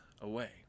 away